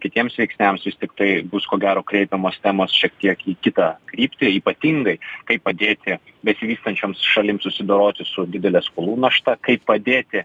kitiems veiksniams vis tiktai bus ko gero kreipiamos temos šiek tiek į kitą kryptį ypatingai kaip padėti besivystančioms šalims susidoroti su didele skolų našta kaip padėti